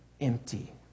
empty